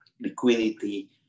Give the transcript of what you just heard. liquidity